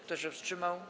Kto się wstrzymał?